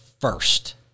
first